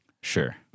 Sure